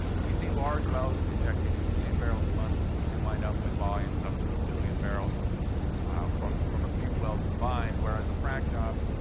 we see large wells injecting a million barrels a month. you can wind up with volumes up to a billion barrels ah from from a few wells combined. whereas, a frac job,